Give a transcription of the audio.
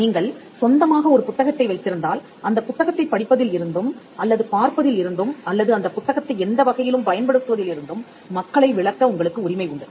நீங்கள் சொந்தமாக ஒரு புத்தகத்தை வைத்திருந்தால் அந்த புத்தகத்தைப் படிப்பதில் இருந்தும் அல்லது பார்ப்பதில் இருந்தும் அல்லது அந்தப் புத்தகத்தை எந்தவகையிலும் பயன்படுத்துவதில் இருந்தும் மக்களை விலக்க உங்களுக்கு உரிமை உண்டு